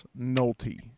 nolte